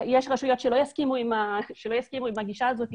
יש רשויות שלא יסכימו עם הגישה הזאת.